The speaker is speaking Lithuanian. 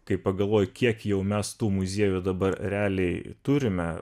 kai pagalvoji kiek jau mes tų muziejų dabar realiai turime